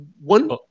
One